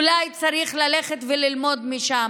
אולי צריך ללכת וללמוד משם,